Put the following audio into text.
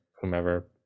whomever